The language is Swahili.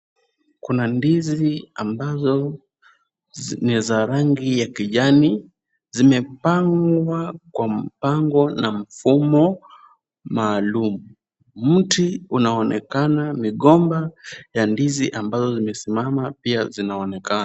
Kuna ndizi ambazo ni za rangi ya kijani. Zimepangwa kwa mpango na mfumo maalum. Mti unaonekana, migomba ya ndizi ambayo imesimama pia zinaonekana.